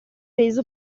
reso